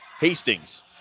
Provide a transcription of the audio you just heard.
Hastings